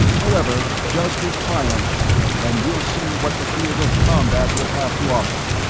however, justice triumphs and we'll see what the field of combat will have to offer.